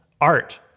art